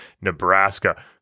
Nebraska